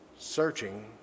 Searching